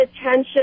attention